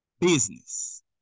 business